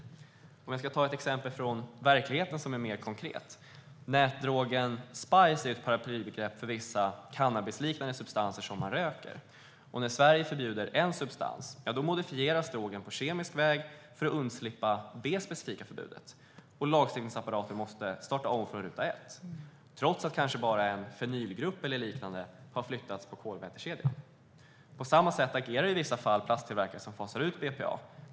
Låt mig ta ett mer konkret exempel från verkligheten. Nätdrogen spice är ett paraplybegrepp för vissa cannabisliknande substanser som man röker. När Sverige förbjuder en substans modifieras drogen på kemisk väg för att man ska undslippa det specifika förbudet. Lagstiftningsapparaten måste då starta om från ruta ett, trots att det kanske bara är en fenylgrupp eller liknande som har flyttats på kolvätekedjan. På samma sätt agerar i vissa fall plasttillverkare som fasar ut BPA.